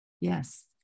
yes